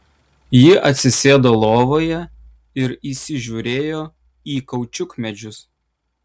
ji atsisėdo lovoje ir įsižiūrėjo į kaučiukmedžius